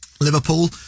Liverpool